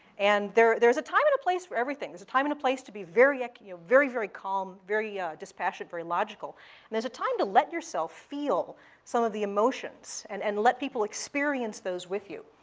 and there's there's a time and a place for everything. there's a time and a place to be very, ah very very calm, very dispassionate, very logical, and there's a time to let yourself feel some of the emotions and and let people experience those with you.